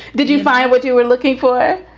did you find what you were looking for?